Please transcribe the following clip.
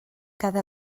cada